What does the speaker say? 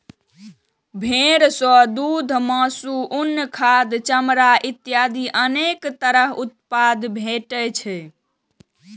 भेड़ सं दूघ, मासु, उन, खाद, चमड़ा इत्यादि अनेक तरह उत्पाद भेटै छै